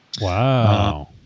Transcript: Wow